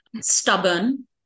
Stubborn